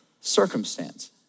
circumstance